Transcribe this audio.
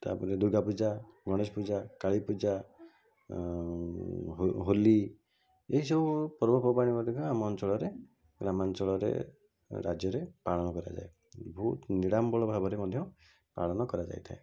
ତା'ପରେ ଦୂର୍ଗାପୂଜା ଗଣେଶପୂଜା କାଳୀ ପୂଜା ହୋଲି ଏହି ସବୁ ପର୍ବପର୍ବାଣୀ ଗୁଡ଼ିକ ଆମ ଅଞ୍ଚଳରେ ଗ୍ରାମାଞ୍ଚଳରେ ରାଜ୍ୟରେ ପାଳନ କରାଯାଏ ବହୁତ ନିଡ଼ାମ୍ବର ଭାବରେ ମଧ୍ୟ ପାଳନ କରାଯାଇଥାଏ